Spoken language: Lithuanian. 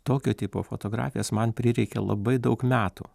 tokio tipo fotografijas man prireikė labai daug metų